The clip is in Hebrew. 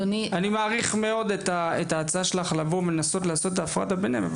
אני מעריך מאוד את ההצעה שלך לנסות לעשות הפרדה ביניהם,